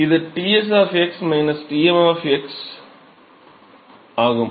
இது Ts T m ஆகும்